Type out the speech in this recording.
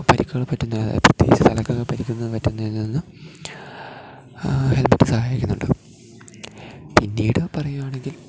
പരിക്കുകൾ പറ്റുന്നത് പ്രത്യേകിച്ചു തലയ്കൊക്കെ പരിക്കൊക്കെ പറ്റുന്നതിൽ നിന്ന് ഹെൽമറ്റ് സഹായിക്കുന്നുണ്ട് പിന്നീട് പറയുകയാണെങ്കിൽ